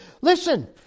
listen